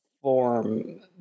form